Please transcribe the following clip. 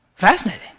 Fascinating